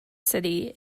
city